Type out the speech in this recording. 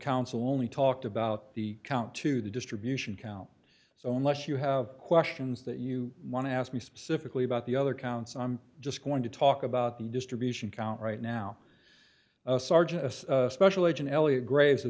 counsel only talked about the count to the distribution count so unless you have questions that you want to ask me specifically about the other counts i'm just going to talk about the distribution count right now sergeant special agent elliot graves o